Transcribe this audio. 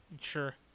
Sure